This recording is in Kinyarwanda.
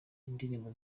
indirimbo